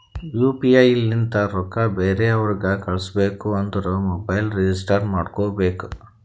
you P I ಲಿಂತ ರೊಕ್ಕಾ ಬೇರೆ ಅವ್ರಿಗ ಕಳುಸ್ಬೇಕ್ ಅಂದುರ್ ಮೊಬೈಲ್ ರಿಜಿಸ್ಟರ್ ಮಾಡ್ಕೋಬೇಕ್